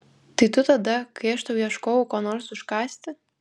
tai tu tada kai aš tau ieškojau ko nors užkąsti